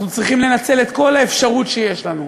אנחנו צריכים לנצל את כל האפשרויות שיש לנו,